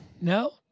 No